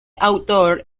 autor